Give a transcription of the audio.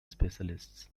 specialists